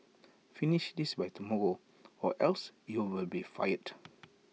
finish this by tomorrow or else you'll be fired